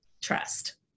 trust